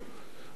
אני בא ממפלגה